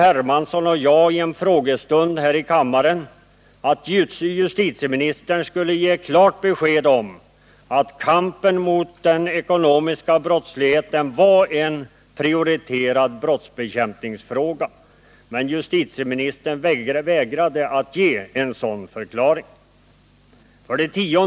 Hermansson och jag i en frågestund här i kammaren att justitieministern skulle ge klart besked om att kampen mot den ekonomiska brottsligheten varen prioriterad brottsbekämpningsfråga. Men justitieministern vägrade ge en sådan förklaring. 10.